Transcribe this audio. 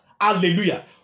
hallelujah